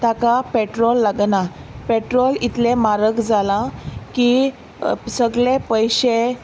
ताका पेट्रोल लागना पेट्रोल इतलें म्हारग जालां की सगले पयशे